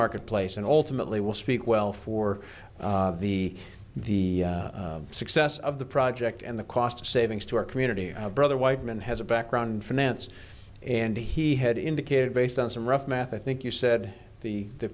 marketplace and ultimately will speak well for the the success of the project and the cost savings to our community brother whiteman has a background finance and he had indicated based on some rough math i think you said the